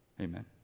amen